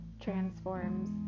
transforms